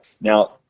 Now